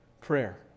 prayer